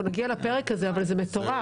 אנחנו נגיע לפרק הזה אבל זה מטורף.